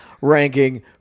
ranking